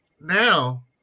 now